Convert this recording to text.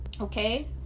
okay